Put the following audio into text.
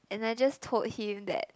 and I just told him that